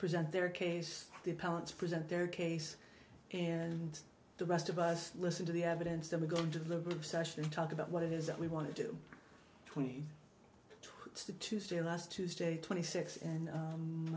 present their case the parents present their case and the rest of us listen to the evidence then we go into the group session to talk about what it is that we want to do twenty to tuesday last tuesday twenty six and